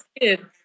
good